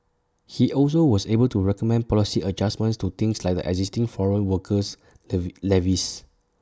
he also was able to recommend policy adjustments to things like the existing foreign workers levee levies